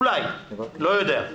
אולי, לא יודע.